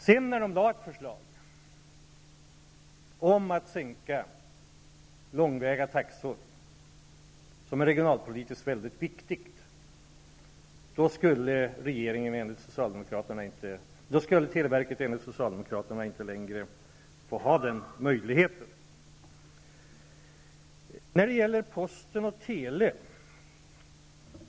När de sedan lade ett förslag om att sänka långväga taxor -- det är regionalpolitiskt mycket viktigt -- skulle televerket enligt Socialdemokraterna inte få ha den möjligheten. Sedan gäller det posten och tele.